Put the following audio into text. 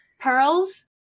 pearls